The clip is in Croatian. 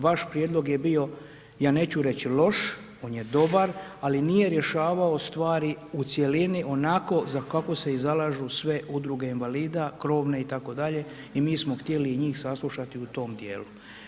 Vaš prijedlog je bio, ja neću reći loš, on je dobar ali nije rješavao stvari u cjelini, onako kako se i zalaže sve udruge invalida, krovne itd. i mi smo htjeli i njih saslušati u tom djelu.